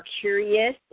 curious